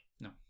No